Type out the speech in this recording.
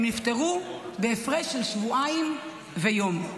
הם נפטרו בהפרש של שבועיים ויום.